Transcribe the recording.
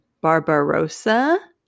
Barbarossa